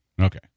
Okay